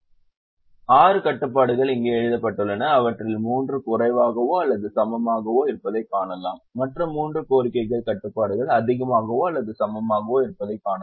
6 கட்டுப்பாடுகள் இங்கே எழுதப்பட்டுள்ளன அவற்றில் மூன்று குறைவாகவோ அல்லது சமமாகவோ இருப்பதைக் காணலாம் மற்ற மூன்று கோரிக்கைக் கட்டுப்பாடுகள் அதிகமாகவோ அல்லது சமமாகவோ இருப்பதைக் காணலாம்